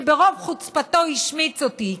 שברוב חוצפתו השמיץ אותי.